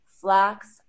flax